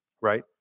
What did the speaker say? right